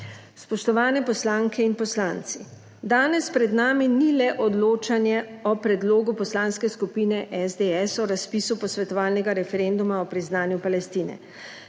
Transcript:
Spoštovane poslanke in poslanci, danes pred nami ni le odločanje o predlogu Poslanske skupine SDS o razpisu posvetovalnega referenduma o priznanju Palestine.